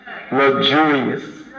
luxurious